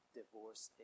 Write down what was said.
divorce